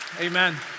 Amen